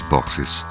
Boxes